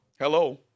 Hello